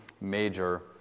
major